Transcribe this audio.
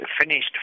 finished